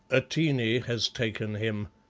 atene has taken him,